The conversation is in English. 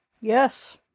Yes